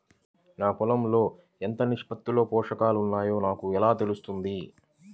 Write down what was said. నా పొలం లో ఎంత నిష్పత్తిలో పోషకాలు వున్నాయో నాకు ఎలా తెలుస్తుంది?